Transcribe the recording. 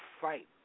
fight